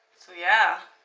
so yeah.